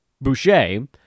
Boucher